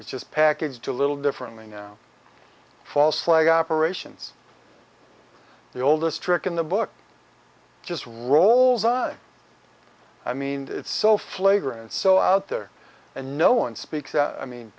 it's just packaged a little differently now false flag operations the oldest trick in the book just rolls eyes i mean it's so flagrant so out there and no one speaks out i mean